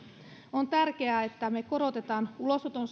on tärkeää että me korotamme ulosoton